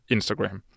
Instagram